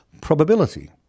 probability